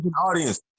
Audience